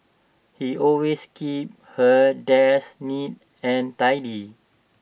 he always keeps her desk neat and tidy